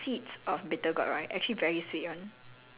um for her right she says that